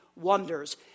wonders